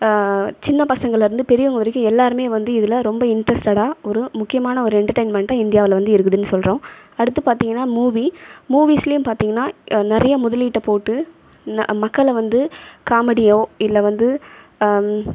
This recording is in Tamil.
சின்ன பசங்கலேருந்து பெரியவங்க வரைக்கும் எல்லோருமே வந்து இதில் ரொம்ப இன்ட்ரஸ்ட்டடாக ஒரு முக்கியமான ஒரு எண்டர்டைண்மெண்ட்டாக இந்தியாவில் வந்து இருக்குதுனு சொல்கிறோம் அடுத்து பார்த்தீங்கனா மூவி மூவிஸ்லேயும் பார்த்தீங்கன்னா நிறையா முதலீட்டை போட்டு மக்களை வந்து காமெடியோ இல்லை வந்து